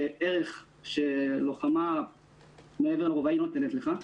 שערך של לוחמה לא נותן לך.